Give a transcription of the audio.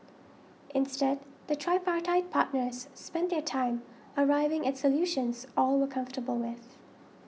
instead the tripartite partners spent their time arriving at solutions all were comfortable with